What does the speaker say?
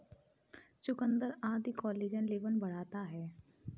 चुकुन्दर आदि collagen level बढ़ाता है